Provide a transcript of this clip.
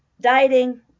dieting